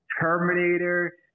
Terminator